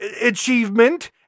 achievement